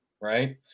right